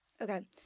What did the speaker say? Okay